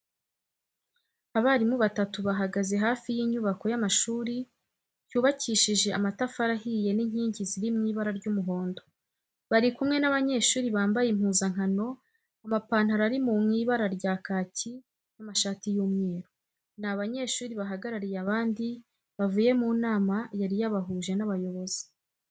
Abarimu batatu bahagaze hafi y'inyubako y'amashuri cyubakishije amatafari ahiye n'inkingi ziri mu ibara ry'umuhondo, bari kumwe n'abanyeshuri bambaye impuzankano, amapantaro ari mu ibara rya kaki n'amashati y'umweru. Ni abanyeshuri bahagarariye abandi bavuye mu nama yari yabahuje n'abayobozi.